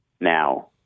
Now